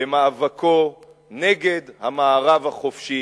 במאבקו נגד המערב החופשי,